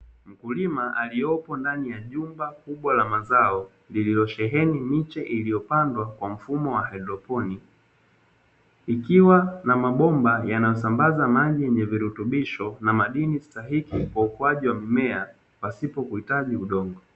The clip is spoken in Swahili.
Mkulima aliyopo ndani ya jumba kubwa la mazao lililosheheni miche iliyopandwa kwa mfumo wa haidroponi, ikiwa na mabomba yanayosambaza maji yenye virutubisho na madini stahiki kwa ukuaji wa mimea pasipo kuhitaji udongo.